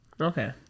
Okay